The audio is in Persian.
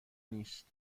نیست